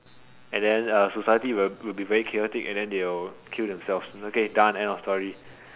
and then uh society will be very chaotic and then they will kill themselves okay done end of story